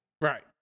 Right